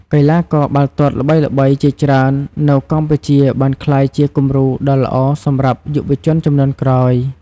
កីឡាករបាល់ទាត់ល្បីៗជាច្រើននៅកម្ពុជាបានក្លាយជាគំរូដ៏ល្អសម្រាប់យុវជនជំនាន់ក្រោយ។